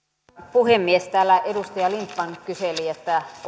puhemies täällä edustaja lindtman kyseli